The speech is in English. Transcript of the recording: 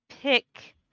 pick